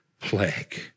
plague